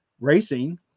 Racing